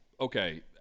okay